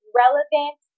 relevant